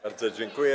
Bardzo dziękuję.